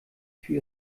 für